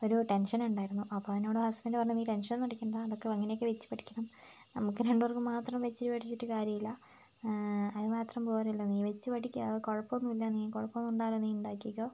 ഒരു ടെൻഷനുണ്ടായിരുന്നു അപ്പോള് എന്നോട് ഹസ്ബെൻ്റ് പറഞ്ഞു നീ ടെൻഷനൊന്നും അടിക്കേണ്ട അതൊക്കെ അങ്ങനെയൊക്കെ വെച്ചുപഠിക്കണം നമുക്ക് രണ്ട് പേർക്ക് മാത്രം വെച്ച് പഠിച്ചിട്ട് കാര്യമില്ല അതുമാത്രം പോരല്ലോ നീ വെച്ച് പഠിക്ക് ആ കുഴപ്പമൊന്നുമില്ല നീ കുഴപ്പമൊന്നുമുണ്ടാവില്ല നീ ഉണ്ടാക്കിക്കോ